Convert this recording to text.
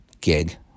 gig